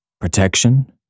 protection